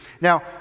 Now